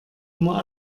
immer